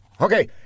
Okay